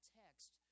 text